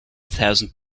thousand